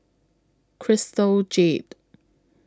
Crystal Jade